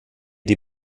die